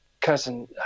cousin